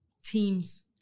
Teams